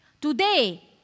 Today